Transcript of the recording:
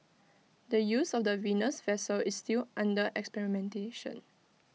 the use of the Venus vessel is still under experimentation